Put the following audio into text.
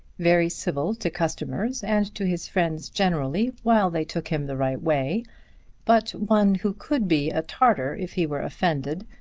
very civil to customers and to his friends generally while they took him the right way but one who could be a tartar if he were offended,